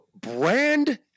brand